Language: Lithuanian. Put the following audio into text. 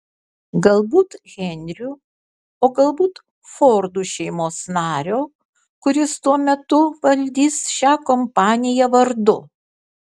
galbūt henriu o galbūt fordų šeimos nario kuris tuo metu valdys šią kompaniją vardu